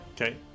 Okay